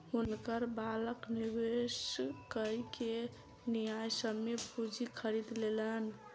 हुनकर बालक निवेश कय के न्यायसम्य पूंजी खरीद लेलैन